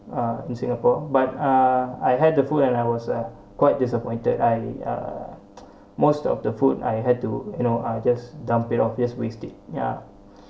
uh in singapore but uh I had the food and I was uh quite disappointed I uh most of the food I had to you know I just dump it obvious wasted ya